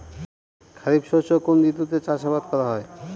খরিফ শস্য কোন ঋতুতে চাষাবাদ করা হয়?